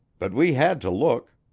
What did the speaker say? but we had to look,